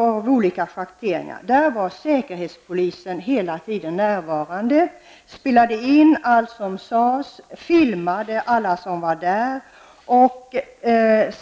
av olika schatteringar. Säkerhetspolisen var hela tiden närvarande vid konferensen. De spelade in allt som sades och filmade alla som var där.